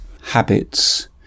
habits